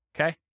Okay